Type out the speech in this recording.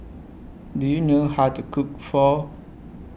Do YOU know How to Cook Pho